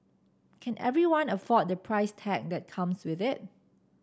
can everyone afford the price tag that comes with it